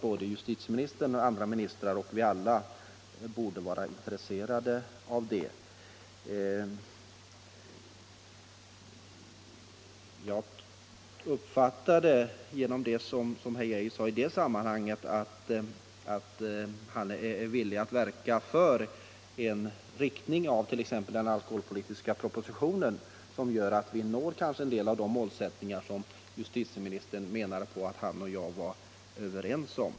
Jus= = titieministern borde vara lika intresserad av detta som vi andra. Om åtgärder för att Om jag rätt uppfattade herr Geijer i det sammanhanget är han emel = minska antalet lertid villig att verka för att den alkoholpolitiska propositionen får en våldsbrott sådan inriktning att vi når de målsättningar som herr Geijer och jag är överens om.